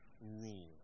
rule